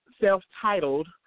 self-titled